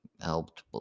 helped